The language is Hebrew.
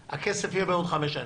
הכסף יהיה בעוד חמש שנים.